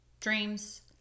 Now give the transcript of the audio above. dreams